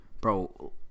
bro